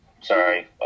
sorry